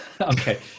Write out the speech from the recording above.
okay